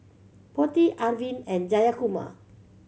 Potti Arvind and Jayakumar